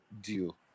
deal